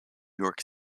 york